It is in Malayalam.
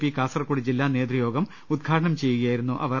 പി കാസർകോട് ജില്ലാ നേതൃയോഗം ഉദ്ഘാടനം ചെയ്യുകയായിരുന്നു അവർ